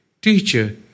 Teacher